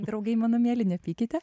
draugai mano mieli nepykite